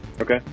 Okay